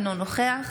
אינו נוכח